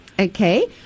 Okay